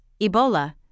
Ebola